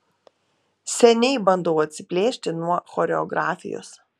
seniai bandau atsiplėšti nuo choreografijos